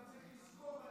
גם צריך לזכור,